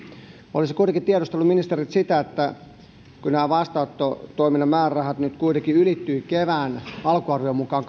olisin kuitenkin tiedustellut ministeriltä sitä kun nämä vastaanottotoiminnan määrärahat nyt kuitenkin ylittyvät kevään alkuarvion mukaan